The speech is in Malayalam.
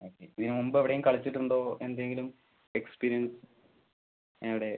ഓക്കെ ഇതിന് മുമ്പ് എവിടെ എങ്കിലും കളിച്ചിട്ടുണ്ടോ എന്തെങ്കിലും എക്സ്പീരിയൻസ് എവിടെ